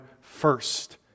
first